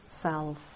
self